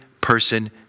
person